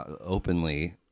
openly